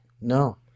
No